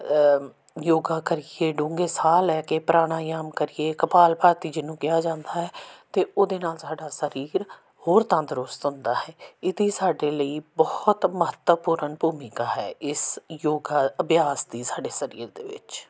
ਯੋਗਾ ਕਰੀਏ ਡੂੰਘੇ ਸਾਹ ਲੈ ਕੇ ਪਰਾਣਾਯਾਮ ਕਰੀਏ ਕਪਾਲਭਾਤੀ ਜਿਹਨੂੰ ਕਿਹਾ ਜਾਂਦਾ ਹੈ ਅਤੇ ਉਹਦੇ ਨਾਲ ਸਾਡਾ ਸਰੀਰ ਹੋਰ ਤੰਦਰੁਸਤ ਹੁੰਦਾ ਹੈ ਇਹਦੀ ਸਾਡੇ ਲਈ ਬਹੁਤ ਮਹੱਤਵਪੂਰਨ ਭੂਮਿਕਾ ਹੈ ਇਸ ਯੋਗਾ ਅਭਿਆਸ ਦੀ ਸਾਡੇ ਸਰੀਰ ਦੇ ਵਿੱਚ